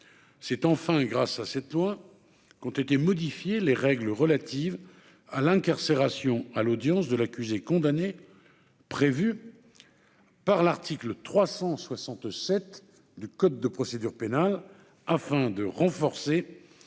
c'est enfin grâce à cette loi qui ont été modifiées les règles relatives à l'incarcération à l'audience de l'accusé, condamné prévue par l'article 367 du code de procédure pénale afin de renforcer